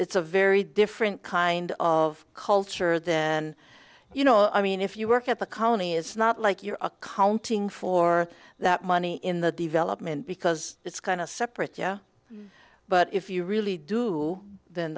it's a very different kind of culture than you know i mean if you work at the colony it's not like you're accounting for that money in the development because it's kind of separate yeah but if you really do than